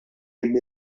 hemm